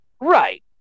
Right